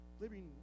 living